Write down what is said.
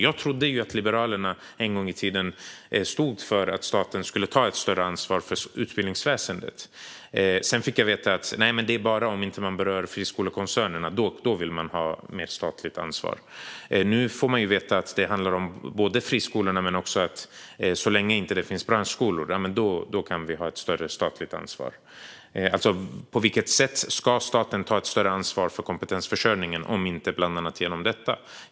Jag trodde att Liberalerna en gång i tiden stod för att staten skulle ta ett större ansvar för utbildningsväsendet. Sedan fick jag veta att det bara är om man inte berör friskolekoncernerna. Då vill man ha mer statligt ansvar. Nu får man veta att det handlar om friskolorna men också att vi kan ha ett större statligt ansvar så länge det inte finns branschskolor. På vilket sätt ska staten ta ett större ansvar för kompetensförsörjningen om inte bland annat genom detta?